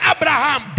Abraham